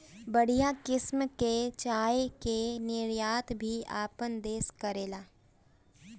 बढ़िया किसिम कअ चाय कअ निर्यात भी आपन देस करेला